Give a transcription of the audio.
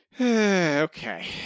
Okay